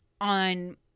on